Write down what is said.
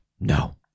No